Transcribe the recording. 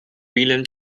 william